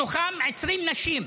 מתוכם 20 נשים.